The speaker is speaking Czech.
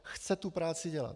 Chce tu práci dělat.